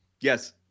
Yes